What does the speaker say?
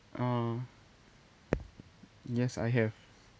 uh yes I have